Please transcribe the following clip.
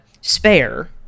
Spare